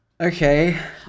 Okay